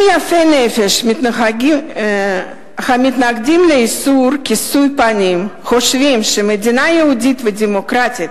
אם יפי הנפש המתנגדים לאיסור כיסוי פנים חושבים שמדינה יהודית ודמוקרטית